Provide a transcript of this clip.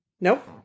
Nope